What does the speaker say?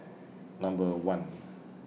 Number one